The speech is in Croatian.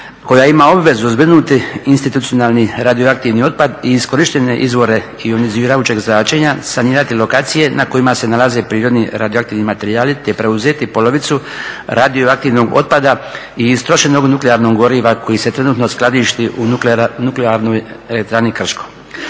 koja ima obvezu zbrinuti institucionalni radioaktivni otpad i iskorištene izvore ionizirajućeg zračenja, sanirati lokacije na kojima se nalaze prirodni radioaktivni materijali, te preuzeti polovicu radioaktivnog otpada i istrošenog nuklearnog goriva koji se trenutno skladišti u Nuklearnoj elektrani Krško.